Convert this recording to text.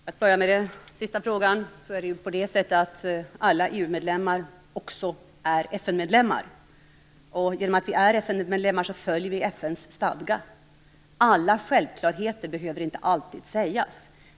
Herr talman! För att börja med den sista frågan, så är ju alla EU-medlemmar också FN-medlemmar. Genom att vi är FN-medlemmar, följer vi FN:s stadga. Alla självklarheter behöver inte alltid sägas.